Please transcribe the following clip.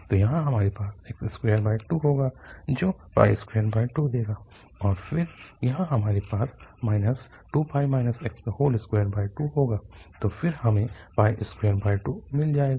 तो यहाँ हमारे पास x22 होगा जो 22 देगा और फिर यहाँ हमारे पास 2π x22 होगा तो फिर हमें 22 मिल जाएगा